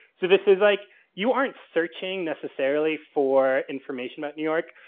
so, this is like you aren't searching necessarily for information about new york